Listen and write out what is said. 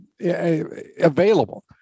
available